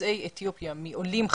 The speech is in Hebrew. יוצאי אתיופיה מעולים חדשים,